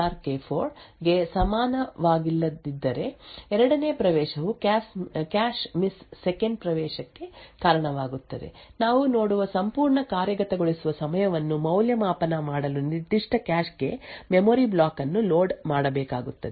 ಮತ್ತೊಂದೆಡೆ ಪಿ0 ಎಕ್ಸಾರ್ ಕೆ0 ಪಿ4 ಎಕ್ಸಾರ್ ಕೆ4 ಗೆ ಸಮಾನವಾಗಿಲ್ಲದಿದ್ದರೆ ಎರಡನೇ ಪ್ರವೇಶವು ಕ್ಯಾಶ್ ಮಿಸ್ ಸೆಕೆಂಡ್ ಪ್ರವೇಶಕ್ಕೆ ಕಾರಣವಾಗುತ್ತದೆ ನಾವು ನೋಡುವ ಸಂಪೂರ್ಣ ಕಾರ್ಯಗತಗೊಳಿಸುವ ಸಮಯವನ್ನು ಮೌಲ್ಯಮಾಪನ ಮಾಡಲು ನಿರ್ದಿಷ್ಟ ಕ್ಯಾಶ್ ಕ್ಕೆ ಮೆಮೊರಿ ಬ್ಲಾಕ್ ಅನ್ನು ಲೋಡ್ ಮಾಡಬೇಕಾಗುತ್ತದೆ